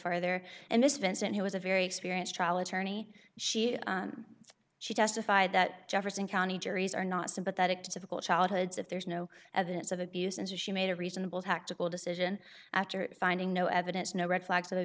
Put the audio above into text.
further and this vincent who was a very experienced trial attorney she she testified that jefferson county juries are not sympathetic to difficult childhoods if there's no evidence of abuse and she made a reasonable tactical decision after finding no evidence no red flags